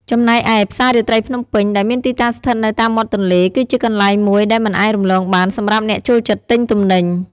ចំណែកឯ ផ្សាររាត្រីភ្នំពេញ ដែលមានទីតាំងស្ថិតនៅតាមមាត់ទន្លេ គឺជាកន្លែងមួយដែលមិនអាចរំលងបានសម្រាប់អ្នកចូលចិត្តទិញទំនិញ។